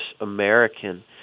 American